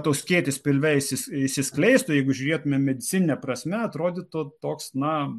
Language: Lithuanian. tau skėtis pilve išsi išsiskleistų jeigu žiūrėtume medicinine prasme atrodytų toks na